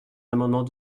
amendements